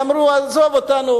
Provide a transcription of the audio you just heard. והם אמרו: עזוב אותנו,